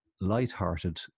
lighthearted